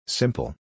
simple